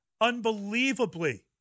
unbelievably